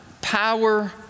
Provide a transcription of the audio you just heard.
Power